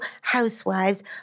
Housewives